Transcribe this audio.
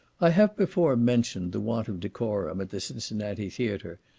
i have before mentioned the want of decorum at the cincinnati theatre,